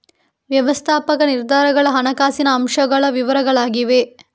ವ್ಯವಸ್ಥಾಪಕ ನಿರ್ಧಾರಗಳ ಹಣಕಾಸಿನ ಅಂಶಗಳ ವಿವರಗಳಾಗಿವೆ